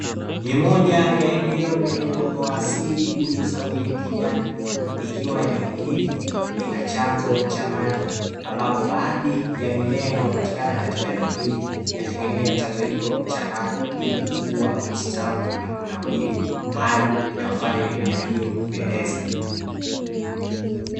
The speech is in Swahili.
Ni moja ya eneo lenye uoto wa asili uliosawiri ukijani ikiwa eneo hili lina chanzo cha maji, ambapo baadhi ya mimea inayopatikana katika eneo hili inategemea chanzo hiko cha maji ili: kukua, kustawi na kunawiri; hali inayofanya mimea hiyo kupendeza.